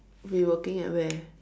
we working at where